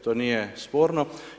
To nije sporno.